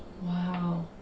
Wow